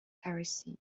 heresy